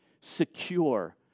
secure